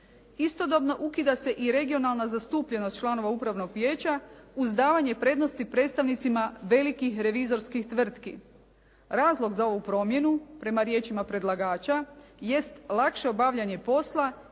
Istodobno ukida se i regionalna zastupljenost članova Upravnog vijeća uz davanje prednosti predstavnicima velikih revizorskih tvrtki. Razlog za ovu promjenu prema riječima predlagača jest lakše obavljanje posla